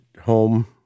home